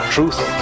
Truth